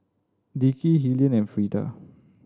Dickie Hilliard and Freeda